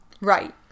Right